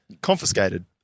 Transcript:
Confiscated